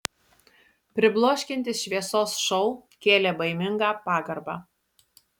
pribloškiantis šviesos šou kėlė baimingą pagarbą